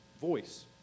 voice